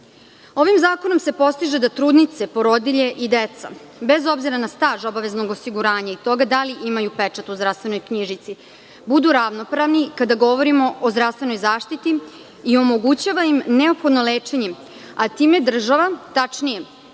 Ovim zakonom se postiže da trudnice, porodilje i deca, bez obzira na staž obaveznog osiguranja i toga da li imaju pečat u zdravstvenoj knjižici budu ravnopravno kada govorimo o zdravstvenoj zaštiti i omogućava im neophodno lečenje. Time država, tačnije,